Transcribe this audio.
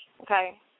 Okay